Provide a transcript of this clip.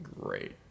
great